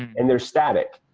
and they're static,